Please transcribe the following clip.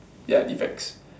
ya defects